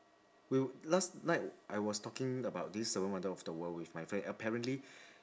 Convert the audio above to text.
we last night I was talking about this seven wonder of the world with my friend apparently